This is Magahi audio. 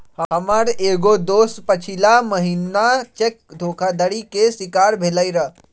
हमर एगो दोस पछिला महिन्ना चेक धोखाधड़ी के शिकार भेलइ र